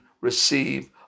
receive